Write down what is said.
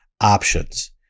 options